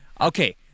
Okay